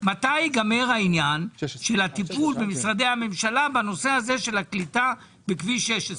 מתי ייגמר הטיפול של משרדי הממשלה בנושא הקליטה הסלולרית בכביש 16?